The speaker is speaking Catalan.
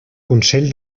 consell